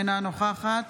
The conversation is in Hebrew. אינה נוכחת